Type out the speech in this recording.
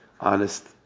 honest